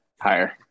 higher